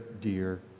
dear